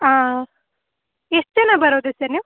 ಹಾಂ ಎಷ್ಟು ಜನ ಬರೋದು ಸರ್ ನೀವು